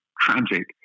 tragic